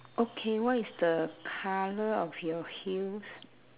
okay what is the colour of your heels